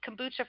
kombucha